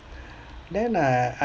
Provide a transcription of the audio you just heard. then I